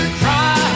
try